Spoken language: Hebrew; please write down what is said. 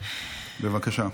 בבקשה.